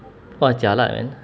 !wah! jialat man